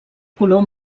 color